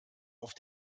auf